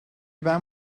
ben